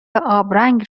آبرنگ